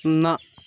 نہَ